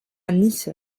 nice